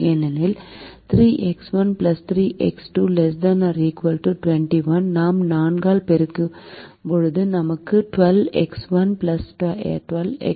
ஏனெனில் 3X1 3X2 ≤ 21 நாம் 4 ஆல் பெருக்கும்போது நமக்கு 12X1 12X2 ≤84 கிடைக்கும்